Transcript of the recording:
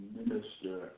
minister